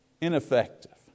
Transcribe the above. ineffective